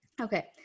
Okay